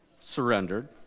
surrendered